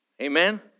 Amen